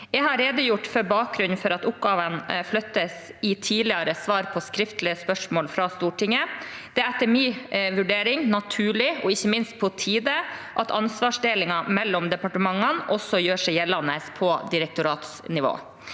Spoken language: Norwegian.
Jeg har redegjort for bakgrunnen for at oppgavene flyttes, i tidligere svar på skriftlige spørsmål fra Stortinget. Det er etter min vurdering naturlig, og ikke minst på tide, at ansvarsdelingen mellom departementene også gjør seg gjeldende på direktoratsnivå.